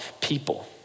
people